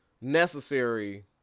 necessary